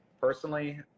Personally